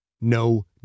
No